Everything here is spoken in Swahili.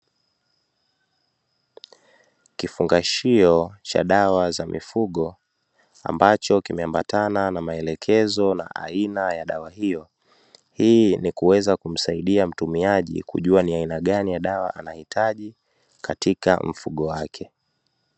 Kifungashio cha dawa ya mifugo ambacho kimeambata na maelekezo na aina ya dawa hiyo, hii ni kuweza kumsaidia mtumiaji kujua ni aina gani ya dawa anahitaji katika mifugo yake.